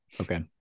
Okay